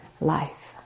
life